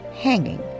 hanging